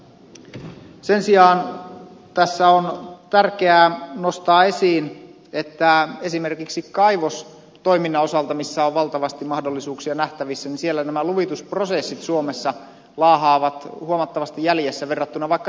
sen sijaan tässä on tärkeää nostaa esiin että esimerkiksi kaivostoiminnan osalta missä on valtavasti mahdollisuuksia nähtävissä nämä luvitusprosessit suomessa laahaavat huomattavasti jäljessä verrattuna vaikka ruotsiin